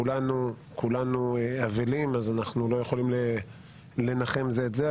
כי כולנו אבלים ולא יכולים לנחם זה את זה.